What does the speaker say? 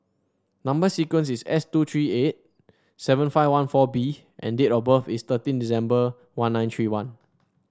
number sequence is S two three eight seven five one four B and date of birth is thirteen December one nine three one